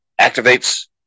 activates